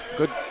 good